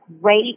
great